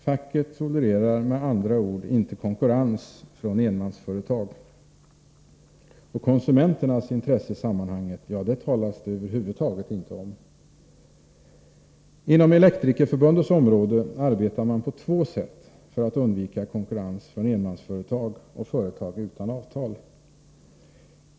Facket tolererar med andra ord inte konkurrens från enmansföretag. Konsumentens intresse i sammanhanget talas det över huvud taget inte om. Inom Elektrikerförbundets område arbetar man på två sätt för att undvika konkurrens från enmansföretag och företag utan avtal.